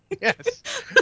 Yes